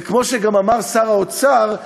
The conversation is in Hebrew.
וכמו שאמר שר האוצר,